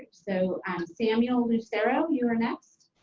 so samuel lucero, you are next.